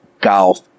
golf